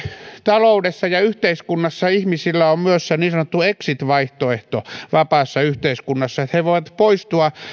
taloudessa ja yhteiskunnassa ihmisillä on myös se niin sanottu exit vaihtoehto vapaassa yhteiskunnassa että he voivat poistua